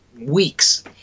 weeks